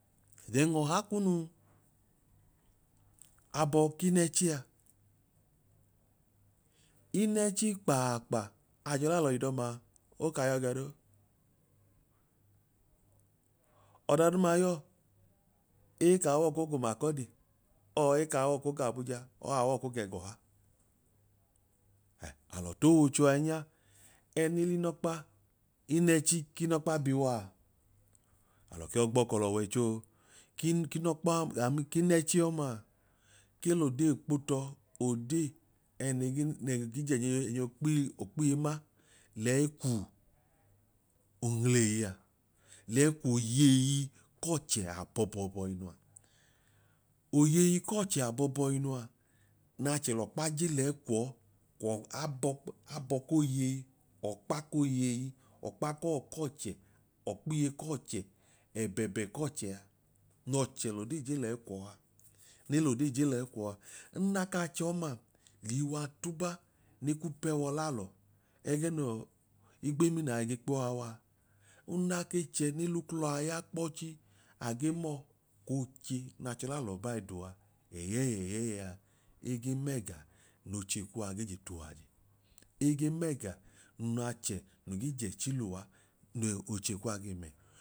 Then ọha kunu abọ k'inẹchi a inẹchi i kpaakpa ajọlalọ idọmaa okaa yọ ge noo. Ọda duuma yọọ, ekawọ koo g'umakọdi aman k'abuja aman kẹgọha hẹ alọ t'oocho ainya ẹẹne l'inọkpa k'inẹchi k'inọkpa bi waa. Alọ ke yọọ gbọkọl'ọwọichoo ki k'inọkpa ami k'inọkpa ọmaa ke l'odee kpo tọọ odee ẹnoo ge noee ge jẹjẹnjọkpiye ma. Leyi ku onwulei a leyi kwoyoye k'ọchẹ abọbọbọinua oyeyi k'ochi abọbọbọinu a. Oyeyi k'ọchẹ abọbọinua n'ọchẹ l'ọkpa jel'ọkpa je lẹyi kwọọ kwọọ abọ abọ koyeyi okpa koyeyi ọkpa kọ k'ọchẹ, ọkpiye k'ọchẹ ẹbẹẹbẹ k'ọchẹ a n'ọchẹ l'odee je lẹyi kwọọ a ne l'odee je lẹyi kwọọ a, nna kaa chọọma liiwa tuba ne ku pẹ w'ọlalọ ẹgẹ nọọ igbomina agee kpuwa wa, una ke chẹẹ ne l'uklọ a ya kpọchii age mọọ oche n'achọ lalọ bai du ẹyẹẹyẹia ege mẹga noche kuwa ge je tu waje, ege mẹga n'achẹ ge j'ẹchi luwa n'oche kuwa gee me